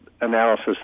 analysis